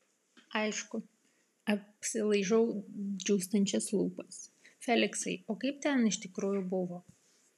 aišku apsilaižau džiūstančias lūpas feliksai o kaip ten iš tikrųjų buvo